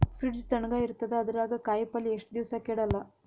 Fridge ತಣಗ ಇರತದ, ಅದರಾಗ ಕಾಯಿಪಲ್ಯ ಎಷ್ಟ ದಿವ್ಸ ಕೆಡಲ್ಲ?